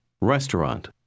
restaurant